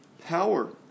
power